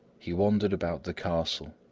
he wandered about the castle,